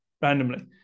randomly